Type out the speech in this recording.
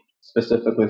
specifically